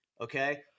okay